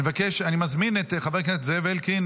אני מזמין את חבר הכנסת זאב אלקין,